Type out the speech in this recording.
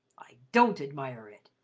i don't admire it!